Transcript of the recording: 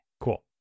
Cool